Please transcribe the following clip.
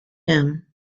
him